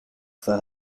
for